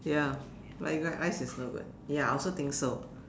ya white rice is so good ya also think so